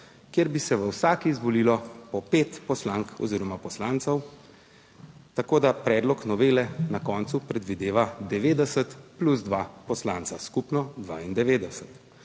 kjer bi se v vsaki izvolilo po pet poslank oziroma poslancev, tako da predlog novele na koncu predvideva 90 plus 2 poslanca, skupno 92,